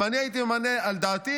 אם אני הייתי ממנה על דעתי,